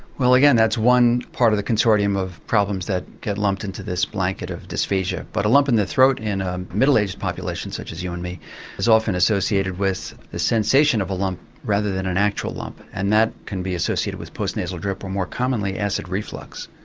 well again, that's one part of the consortium of problems that get lumped in to this blanket of dysphagia. but a lump in the throat in the middle-aged population such as you and me is often associated with the sensation of a lump rather than an actual lump. and that can be associated with post-nasal drip or, more commonly, acid reflux.